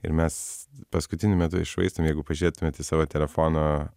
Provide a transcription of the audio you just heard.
ir mes paskutiniu metu iššvaistėm jeigu pažiūrėtumėt į savo telefono